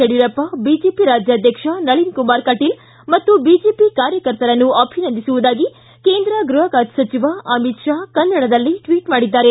Yediyurappa BJP ರಾಜ್ಯಾಧ್ವಕ್ಷ ನಳಿನ್ಕುಮಾರ್ ಕಟೀಲ್ ಮತ್ತು BJP ಕಾರ್ಯಕರ್ತರನ್ನು ಅಭಿನಂದಿಸುವುದಾಗಿ ಕೇಂದ್ರ ಗೃಪ ಖಾತೆ ಸಚಿವ ಅಮಿತ್ ಶಾ ಕನ್ನಡದಲ್ಲೇ ಟ್ವಿಬ್ ಮಾಡಿದ್ದಾರೆ